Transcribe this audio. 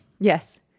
yes